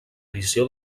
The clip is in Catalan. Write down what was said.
edició